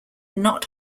not